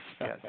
yes